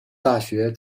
大学